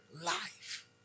life